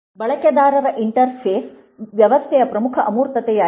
ಬಳಕೆದಾರ ಇಂಟರ್ಫೇಸ್ ವ್ಯವಸ್ಥೆಯ ಪ್ರಮುಖ ಅಮೂರ್ತತೆಯಾಗಿದೆ